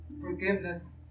forgiveness